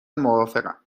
موافقم